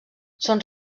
són